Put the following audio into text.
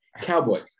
Cowboy